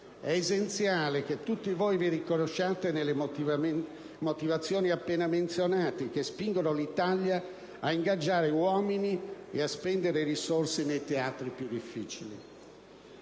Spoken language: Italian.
è essenziale che tutti voi vi riconosciate nelle motivazioni appena menzionate che spingono l'Italia ad ingaggiare uomini e spendere risorse nei teatri più difficili.